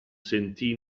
sentì